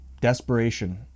desperation